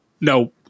no